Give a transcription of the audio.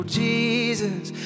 jesus